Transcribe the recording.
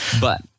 But-